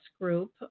group